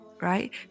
right